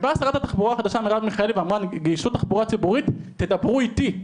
ובאה השרה מירב מיכאלי ואמרה נגישות בתחבורה הציבורית תדברו איתי.